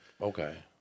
okay